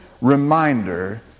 reminder